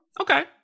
Okay